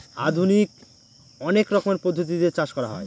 আধুনিক অনেক রকমের পদ্ধতি দিয়ে চাষ করা হয়